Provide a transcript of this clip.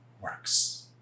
works